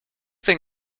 think